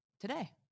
today